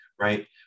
right